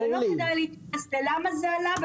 לא כדאי להיכנס לשאלה למה זה עלה.